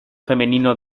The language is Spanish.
femenino